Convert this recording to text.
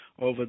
over